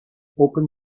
open